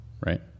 right